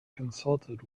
consulted